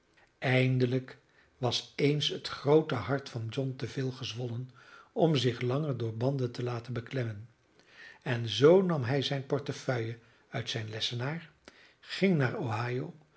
eindelijk was eens het groote hart van john te veel gezwollen om zich langer door banden te laten beklemmen en zoo nam hij zijne portefeuille uit zijnen lessenaar ging naar